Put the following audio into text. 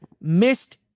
missed